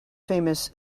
famous